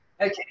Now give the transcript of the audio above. Okay